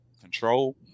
control